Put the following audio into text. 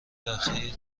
اخیر